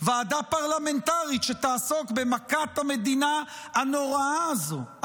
ועדה פרלמנטרית שתעסוק במכת המדינה הנוראה הזו,